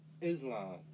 Islam